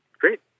Great